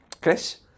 Chris